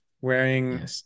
wearing